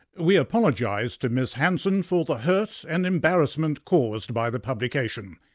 we apologise to ms hanson for the hurt and embarrassment caused by the publication.